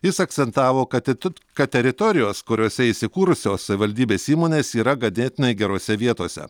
jis akcentavo kad kad teritorijos kuriose įsikūrusios savivaldybės įmonės yra ganėtinai gerose vietose